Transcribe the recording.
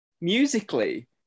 Musically